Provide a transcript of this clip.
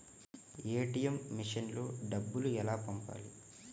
ATM మెషిన్లో డబ్బులు ఎలా పంపాలి?